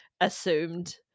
assumed